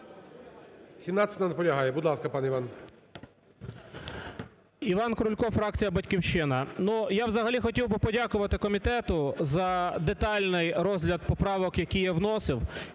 17-а, наполягає, будь ласка, пан Іван.